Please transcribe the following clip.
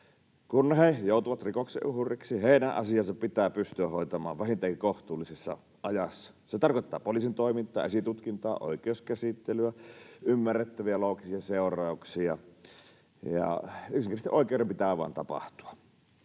Kun he joutuvat rikoksen uhriksi, heidän asiansa pitää pystyä hoitamaan vähintäänkin kohtuullisessa ajassa. Se tarkoittaa poliisin toimintaa, esitutkintaa, oikeuskäsittelyä, ymmärrettäviä loogisia seurauksia, ja yksinkertaisesti oikeuden pitää vain tapahtua.